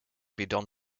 bidon